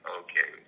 okay